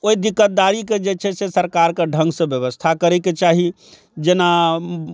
ओइ दिक्कतदारीके जे छै सरकारके ढङ्गसँ व्यवस्था करयके चाही जेना